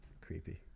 Creepy